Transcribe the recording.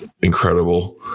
incredible